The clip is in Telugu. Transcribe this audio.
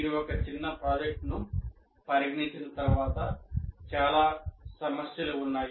మీరు ఒక చిన్న ప్రాజెక్ట్ను పరిగణించిన తర్వాత చాలా సమస్యలు ఉన్నాయి